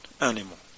animal